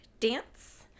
dance